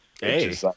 Hey